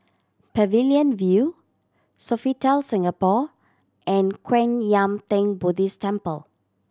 Pavilion View Sofitel Singapore and Kwan Yam Theng Buddhist Temple